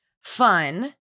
fun